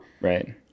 right